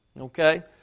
Okay